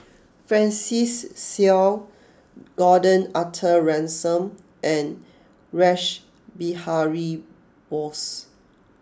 Francis Seow Gordon Arthur Ransome and Rash Behari Bose